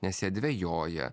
nes jie dvejoja